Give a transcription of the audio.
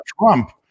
Trump